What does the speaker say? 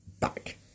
back